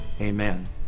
amen